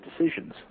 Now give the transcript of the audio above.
decisions